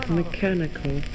mechanical